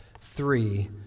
three